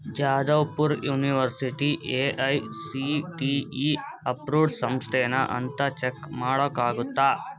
Jadavpur university A I C T E approved ಸಂಸ್ಥೆನಾ ಅಂತ check ಮಾಡೋಕ್ಕಾಗತ್ತಾ